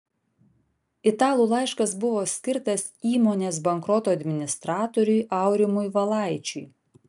italų laiškas buvo skirtas įmonės bankroto administratoriui aurimui valaičiui